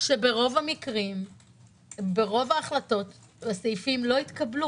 שברוב המקרים ברוב ההחלטות הסעיפים לא התקבלו